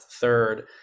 third